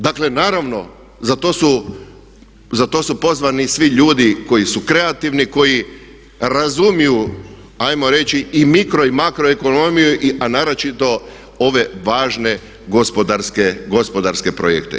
Dakle, naravno za to su pozvani svi ljudi koji su kreativni, koji razumiju ajmo reći i mikro i makro ekonomiju a naročito ove važne gospodarske projekte.